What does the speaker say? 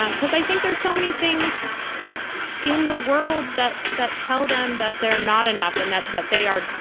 um because i think there's so many things in the world that that tell them that they're not enough and that that they are,